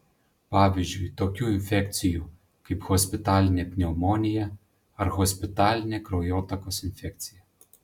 pavyzdžiui tokių infekcijų kaip hospitalinė pneumonija ar hospitalinė kraujotakos infekcija